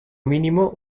mínimo